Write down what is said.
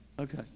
Okay